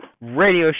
radio